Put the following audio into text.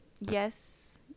yes